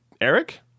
Eric